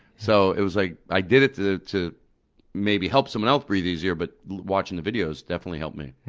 so it was like i did it to to maybe help someone else breathe easier, but watching the videos definitely helped me.